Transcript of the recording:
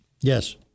Yes